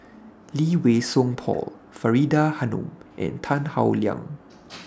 Lee Wei Song Paul Faridah Hanum and Tan Howe Liang